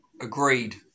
Agreed